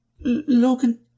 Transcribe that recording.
Logan